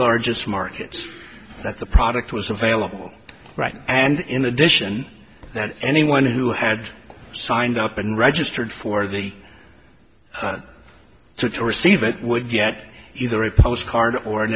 largest markets that the product was available right and in addition to that anyone who had signed up and registered for the two to receive it would get either a postcard or an